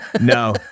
no